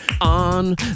on